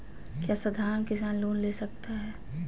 क्या साधरण किसान लोन ले सकता है?